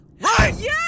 Right